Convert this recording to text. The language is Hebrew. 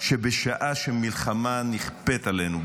שבשעה שמלחמה נכפית עלינו,